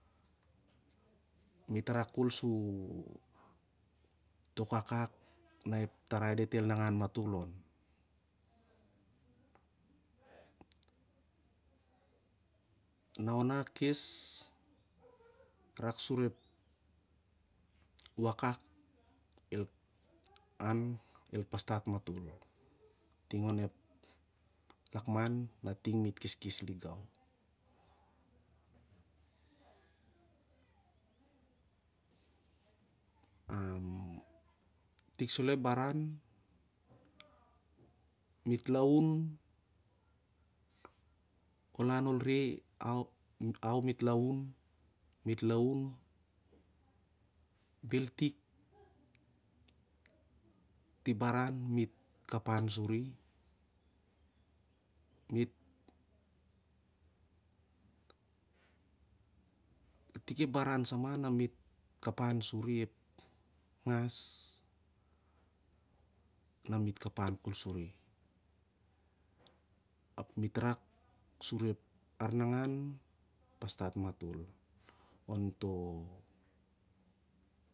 Mit rak kol sur tok akak na ep tarai dit el nangan matol on neona kes rak sur ep wakak el an el pas tat matol ting onep lakman na ting mit keskes lik gaun. Tik salo ep baran mit bun ol lan ol re au mit laun mit laun bel tik ti baran mit ka- pan suri mit, itik ep baran sama na mit kapan suri mit, itik ep baran sama na mit kapan suri ep ngas na mit, kapan kol suri ap mit raksur ep arnangan el pastat matol onto